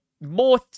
more